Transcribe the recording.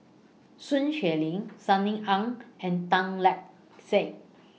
Sun Xueling Sunny Ang and Tan Lark Sye